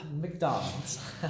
mcdonald's